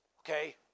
Okay